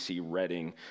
Reading